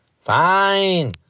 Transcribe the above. Fine